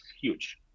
huge